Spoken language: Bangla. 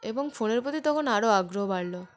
এবং ফোনের প্রতি তখন আরও আগ্রহ বাড়ল